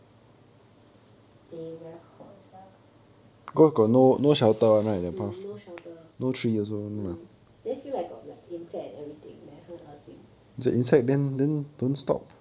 day very hot sia mm no shelter then feel like got like insect and everything then 恶心